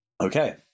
Okay